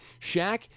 Shaq